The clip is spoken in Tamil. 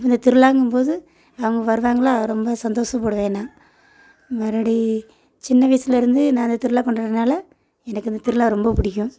அப்போ இந்த திருவிழாங்கும் போது அவங்க வருவாங்களா ரொம்ப சந்தோஷப்படுவேன் நான் மறுபடி சின்ன வயசில் இருந்து நான் திருவிழா கொண்டாடுறனால எனக்கு இந்த திருவிழா ரொம்ப பிடிக்கும்